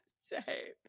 Say